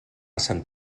sant